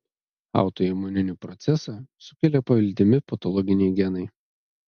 autoimuninį procesą sukelia paveldimi patologiniai genai